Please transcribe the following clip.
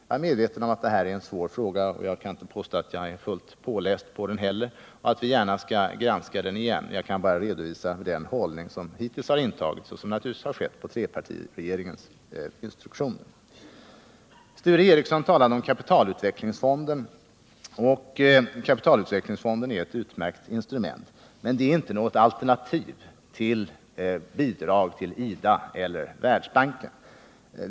Jag är medveten om att det här är en svår fråga, och jag kan inte påstå att jag har läst på den tillräckligt. Men jag skall gärna granska den ytterligare. Jag kan bara redovisa den hållning som trepartiregeringen har intagit. Sture Ericson talade om kapitalutvecklingsfonden. Den är ett utmärkt instrument, men den är inget alternativ till bidrag till IDA eller Världsbanken.